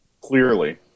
Clearly